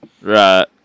Right